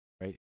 Right